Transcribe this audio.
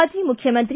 ಮಾಜಿ ಮುಖ್ಯ ಮಂತ್ರಿ